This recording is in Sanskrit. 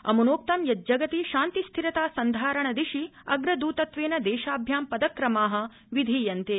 अम्नोक्त यत् जगति शान्ति स्थिरता सन्धारण दिशि अग्रद्तत्वेन देशाभ्यां पदक्रमा विधीयन्ते